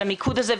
על המיקוד הזה,